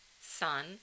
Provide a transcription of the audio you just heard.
sun